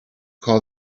call